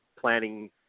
planning